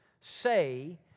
say